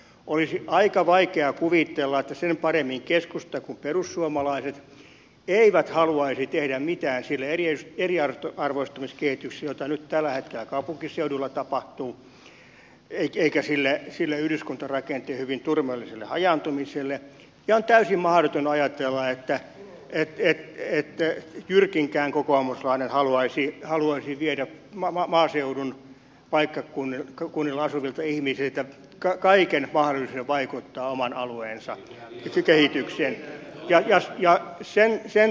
olisi aika vaikea kuvitella että sen paremmin keskusta kuin perussuomalaiset eivät haluaisi tehdä mitään sille eriarvoistumiskehitykselle jota nyt tällä hetkellä kaupunkiseuduilla tapahtuu eikä sille yhdyskuntarakenteen hyvin turmiolliselle hajaantumiselle ja on täysin mahdoton ajatella että jyrkinkään kokoomuslainen haluaisi viedä maaseudun paikkakunnilla asuvilta ihmisiltä kaiken mahdollisuuden vaikuttaa oman alueensa pysy kehityksen ja jos ja jos sen kehitykseen